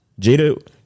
Jada